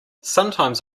sometimes